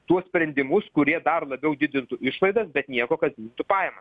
tuos sprendimus kurie dar labiau didintų išlaidas bet nieko kad didintų pajamas